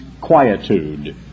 quietude